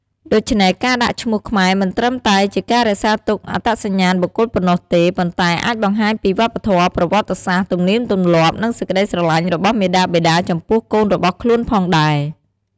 ដូច្នេះការដាក់ឈ្មោះខ្មែរមិនត្រឹមតែជាការរក្សាទុកអត្តសញ្ញាណបុគ្គលប៉ុណ្ណោះទេ ប៉ុន្តែអាចបង្ហាញពីវប្បធម៌ ប្រវត្តិសាស្ត្រ ទំនៀមទម្លាប់ និងសេចក្ដីស្រឡាញ់របស់មាតាបិតាចំពោះកូនរបស់ខ្លួនផងដែរ។